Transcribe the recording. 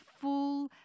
full